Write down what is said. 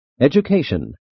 Education